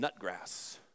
nutgrass